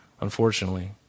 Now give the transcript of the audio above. Unfortunately